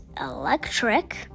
electric